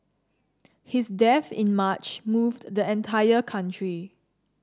his death in March moved the entire country